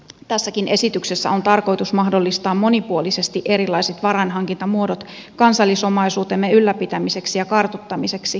tässäkin esityksessä on tarkoitus mahdollistaa monipuolisesti erilaiset varainhankintamuodot kansallisomaisuutemme ylläpitämiseksi ja kartoittamiseksi